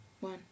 One